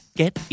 get